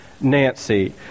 Nancy